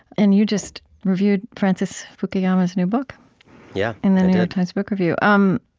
and you just reviewed francis fukuyama's new book yeah in the new york times book review um